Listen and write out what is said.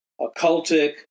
occultic